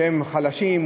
כשהם חלשים,